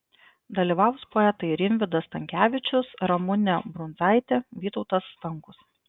dalyvaus poetai rimvydas stankevičius ramunė brundzaitė vytautas stankus